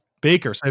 Baker